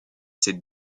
cette